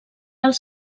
els